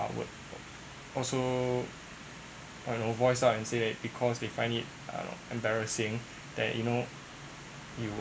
awkward also uh no voice out and say that because they find it uh embarrassing that you know you will